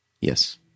Yes